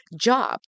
job